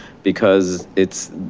because it's